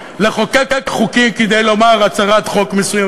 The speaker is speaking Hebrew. לחוקק חוקים כדי לומר הצהרת חוק מסוימת.